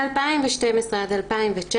מ-2012 עד 2019